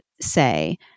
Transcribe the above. say